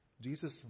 Jesus